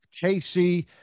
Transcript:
Casey